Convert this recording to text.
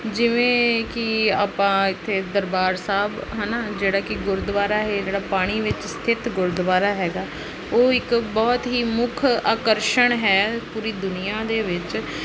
ਜਿਵੇਂ ਕਿ ਆਪਾਂ ਇੱਥੇ ਦਰਬਾਰ ਸਾਹਿਬ ਹੈ ਨਾ ਜਿਹੜਾ ਕਿ ਗੁਰਦੁਆਰਾ ਇਹ ਜਿਹੜਾ ਪਾਣੀ ਵਿੱਚ ਸਥਿਤ ਗੁਰਦੁਆਰਾ ਹੈਗਾ ਉਹ ਇੱਕ ਬਹੁਤ ਹੀ ਮੁੱਖ ਆਕਰਸ਼ਣ ਹੈ ਪੂਰੀ ਦੁਨੀਆ ਦੇ ਵਿੱਚ